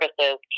services